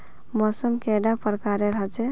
मौसम कैडा प्रकारेर होचे?